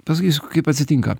pasakysiu kaip atsitinka